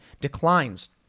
declines